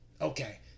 Okay